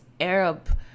Arab